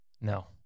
No